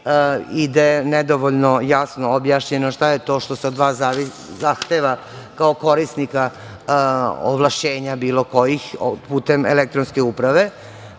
ide nedovoljno jasno objašnjeno šta je to što se od vas zahteva, kao korisnika ovlašćenja bilo kojih putem elektronske uprave.